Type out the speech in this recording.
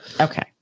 Okay